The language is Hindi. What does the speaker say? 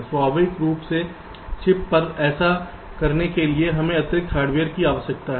स्वाभाविक रूप से चिप पर ऐसा करने के लिए हमें अतिरिक्त हार्डवेयर की आवश्यकता है